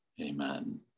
Amen